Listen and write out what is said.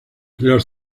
los